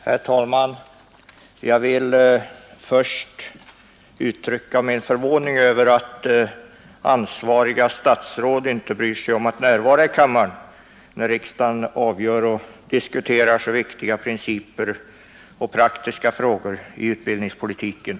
Herr talman! Jag vill först uttrycka min förvåning över att de ansvariga statsråden inte bryr sig om att närvara i kammaren, när riksdagen diskuterar och avgör viktiga principiella och praktiska frågor i utbildningspolitiken.